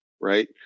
right